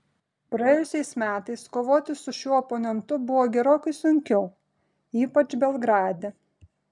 praėjusiais metais kovoti su šiuo oponentu buvo gerokai sunkiau ypač belgrade